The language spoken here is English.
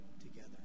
together